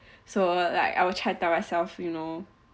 so like our chat to ourselves you know